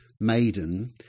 maiden